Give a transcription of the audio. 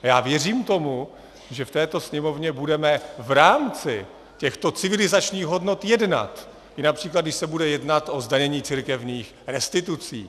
Já věřím tomu, že v této Sněmovně budeme v rámci těchto civilizačních hodnot jednat, například když se bude jednat o zdanění církevních restitucí.